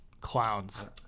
Clowns